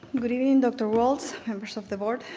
good evening dr. walts, members of the board.